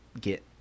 get